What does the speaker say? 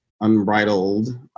Unbridled